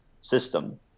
system